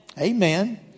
Amen